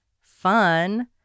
fun